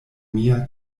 mia